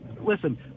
listen